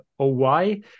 OY